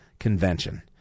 Convention